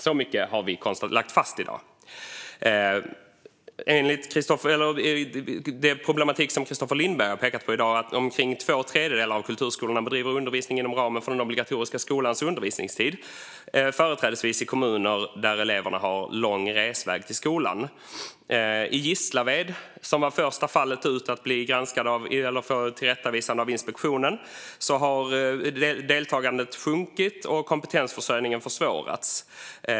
Så mycket har vi lagt fast i dag. De problem Kristoffer Lindberg har pekat på i dag är att omkring två tredjedelar av kulturskolorna bedriver undervisning inom ramen för den obligatoriska skolans undervisningstid, företrädesvis i kommuner där eleverna har lång resväg till skolan. I Gislaved, som var första fallet att få ett tillrättavisande av inspektionen, har deltagandet sjunkit och kompetensförsörjningen försvårats.